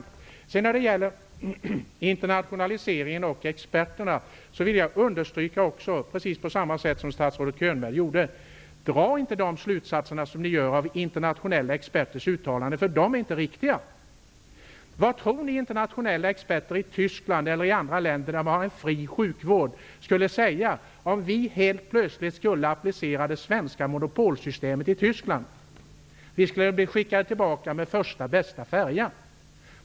När det gäller de internationella experterna vill jag, precis som statsrådet Könberg, understryka att man inte kan dra de slutsatser ni gör av deras uttalanden. De är inte riktiga. Vad tror ni internationella experter i Tyskland eller i andra länder där man har en fri sjukvård skulle säga om vi helt plötsligt skulle applicera det svenska monopolsystemet där? Vi skulle bli skickade tillbaka med första bästa färja.